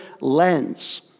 lens